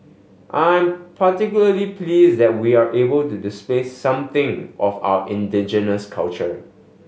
I'm particularly pleased that we're able to display something of our indigenous culture